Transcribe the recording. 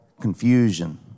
confusion